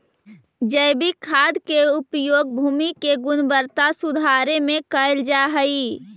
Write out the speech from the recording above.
जैविक खाद के उपयोग भूमि के गुणवत्ता सुधारे में कैल जा हई